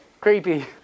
creepy